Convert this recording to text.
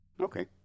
Okay